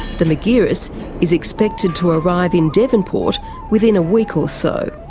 the margiris is expected to arrive in devonport within a week or so.